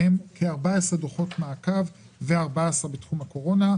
מהם כ-14 דוחות מעקב ו-14 בתחום הקורונה.